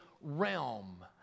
realm